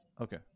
Okay